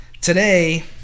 Today